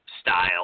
style